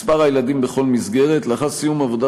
מספר הילדים בכל מסגרת: לאחר סיום עבודת